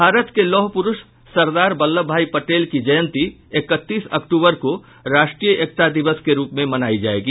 भारत के लौह पुरुष सरदार वल्लभ भाई पटेल की जयंती इकतीस अक्तूबर को राष्ट्रीय एकता दिवस के रूप में मनाई जायेगी